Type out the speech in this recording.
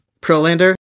Prolander